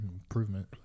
improvement